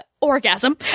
orgasm